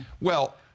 Well-